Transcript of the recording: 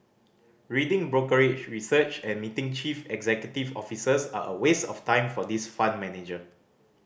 reading brokerage research and meeting chief executive officers are a waste of time for this fund manager